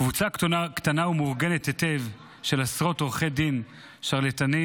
קבוצה קטנה ומאורגנת היטב של עשרות עורכי דין שרלטנים,